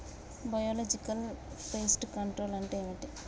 Biological pest control అంటే ఏమిటి?